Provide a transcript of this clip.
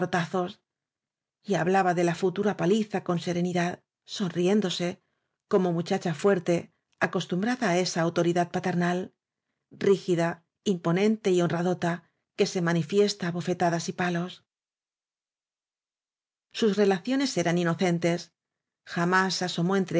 hablaba de la futura paliza con se renidad sonriéndose como muchacha fuerte acostumbrada á esa autoridad paternal rígida imponente y honradota que se manifiesta á bofetadas y palos sus relaciones eran inocentes jamás asomó